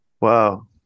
Wow